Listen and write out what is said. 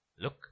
Look